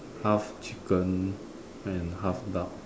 half chicken and half duck